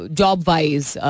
job-wise